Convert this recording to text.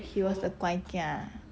shows he's a 乖 kia